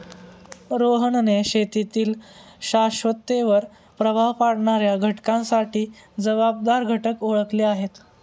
रोहनने शेतीतील शाश्वततेवर प्रभाव पाडणाऱ्या घटकांसाठी जबाबदार घटक ओळखले आहेत